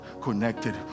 connected